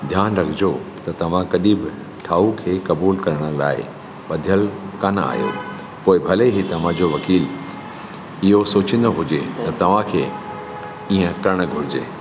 ध्यानु रखिजो त तव्हां कॾहिं बि ठाह खे क़बूल करण लाइ बधियल कान आहियो पोइ भले ई तव्हां जो वकील इहो सोचंदो हुजे त तव्हां खे इहे करणु घुर्जे